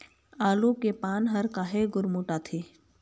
आलू के पान हर काहे गुरमुटाथे?